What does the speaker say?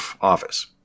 office